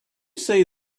see